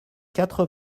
quatre